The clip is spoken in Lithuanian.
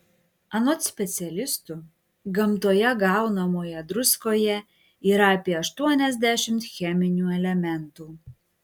anot specialistų gamtoje gaunamoje druskoje yra apie aštuoniasdešimt cheminių elementų